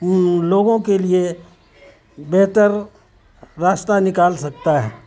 ان لوگوں کے لیے بہتر راستہ نکال سکتا ہے